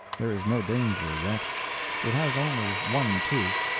there is no danger yet it has only one tooth.